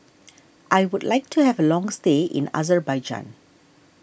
I would like to have a long stay in Azerbaijan